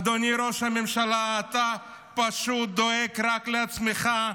אדוני ראש הממשלה, אתה פשוט דואג רק לעצמך.